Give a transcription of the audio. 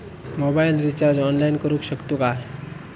Mobile recharge online करुक शकतू काय?